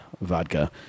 vodka